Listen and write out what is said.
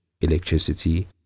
electricity